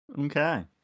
Okay